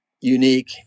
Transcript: unique